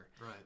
Right